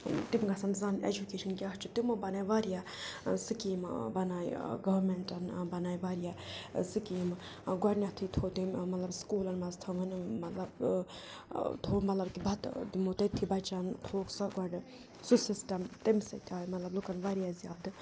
تِم گَژھن زَن ایٚجُکیشَن کیٛاہ چھُ تِمو بَنایہِ واریاہ سِکیٖمہٕ بَنایہِ گورمٮ۪نٛٹَن بَنایہِ واریاہ سِکیٖمہٕ گۄڈنٮ۪تھٕے تھوٚو تٔمۍ مطلب سکوٗلَن مَنٛز تھٲومٕتۍ مطلب تھوٚو مطلب کہِ بَتہٕ دِمو تٔتھی بَچَن تھوٚوُکھ سۄ گۄڈٕ سُہ سِسٹَم تمہِ سۭتۍ آیہِ مطلب لُکَن واریاہ زیادٕ